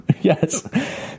Yes